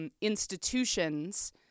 Institutions